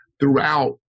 throughout